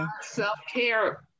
self-care